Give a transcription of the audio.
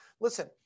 listen